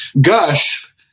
Gus